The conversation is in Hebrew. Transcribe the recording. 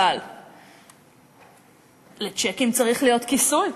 אבל לצ'קים צריך להיות כיסוי.